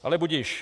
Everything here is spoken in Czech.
Ale budiž.